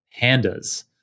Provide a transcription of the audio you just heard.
Pandas